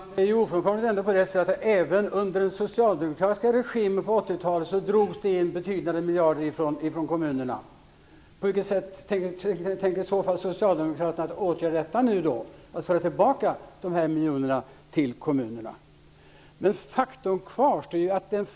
Herr talman! Det är ofrånkomligt att det även under den socialdemokratiska regimen på 80-talet drogs in betydande miljarder från kommunerna. På vilket sätt tänker Socialdemokraterna åtgärda det, så att dessa pengar går tillbaka till kommunerna? Faktum kvarstår.